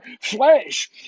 flesh